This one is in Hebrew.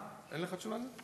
אין לך תשובה על זה?